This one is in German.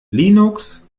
linux